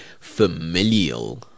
familial